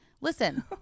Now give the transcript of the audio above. Listen